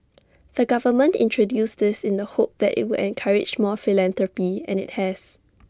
the government introduced this in the hope that IT would encourage more philanthropy and IT has